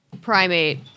primate